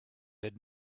had